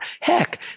Heck